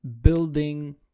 building